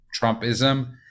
Trumpism